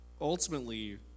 ultimately